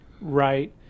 Right